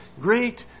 great